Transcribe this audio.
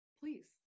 please